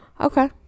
Okay